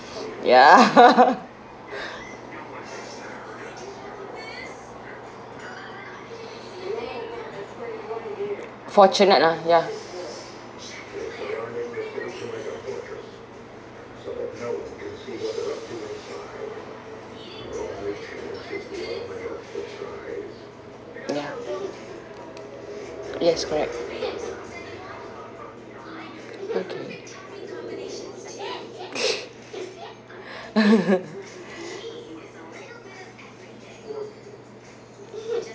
ya fortunate ah ya ya yes correct okay